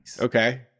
Okay